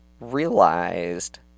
realized